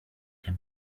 him